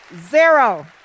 Zero